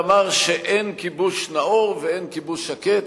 ואמר שאין כיבוש נאור ואין כיבוש שקט.